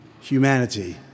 humanity